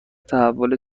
تحول